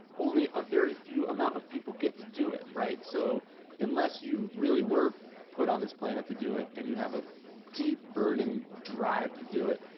only a very few amount of people get to do it, right? so unless you really were put on this planet to do it and you have a deep, burning drive to do it,